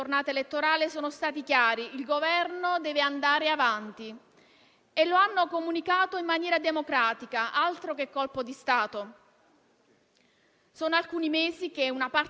Sono alcuni mesi che una parte della politica, dell'informazione e dell'opinione pubblica ripete che il Covid-19 non rappresenta più un pericolo, che l'epidemia è passata.